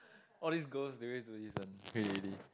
all these girls they always do this one really really